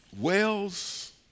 Wells